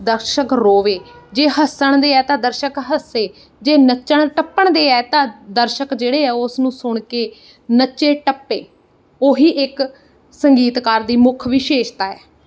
ਦਰਸ਼ਕ ਰੋਵੇ ਜੇ ਹੱਸਣ ਦੇ ਹੈ ਤਾਂ ਦਰਸ਼ਕ ਹੱਸੇ ਜੇ ਨੱਚਣ ਟੱਪਣ ਦੇ ਹੈ ਤਾਂ ਦਰਸ਼ਕ ਜਿਹੜੇ ਆ ਉਹ ਉਸ ਨੂੰ ਸੁਣ ਕੇ ਨੱਚੇ ਟੱਪੇ ਉਹੀ ਇੱਕ ਸੰਗੀਤਕਾਰ ਦੀ ਮੁੱਖ ਵਿਸ਼ੇਸ਼ਤਾ ਹੈ